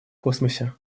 космосе